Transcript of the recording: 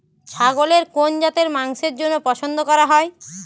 ছাগলের কোন জাতের মাংসের জন্য পছন্দ করা হয়?